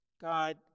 God